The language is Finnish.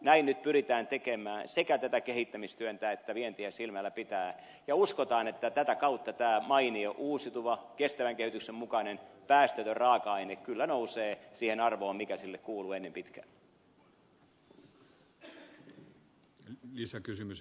näin nyt pyritään tekemään sekä tätä kehittämistyötä että vientiä silmälläpitäen ja uskotaan että tätä kautta tämä mainio uusiutuva kestävän kehityksen mukainen päästötön raaka aine kyllä nousee siihen arvoon mikä sille kuuluu ennen pitkää